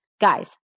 Guys